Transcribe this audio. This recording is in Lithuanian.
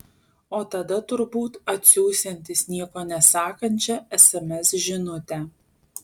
o tada turbūt atsiųsiantis nieko nesakančią sms žinutę